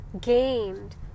gained